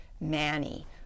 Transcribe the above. Manny